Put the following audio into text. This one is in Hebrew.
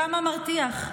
כמה מרתיח,